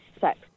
sex